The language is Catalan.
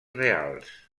reals